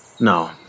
No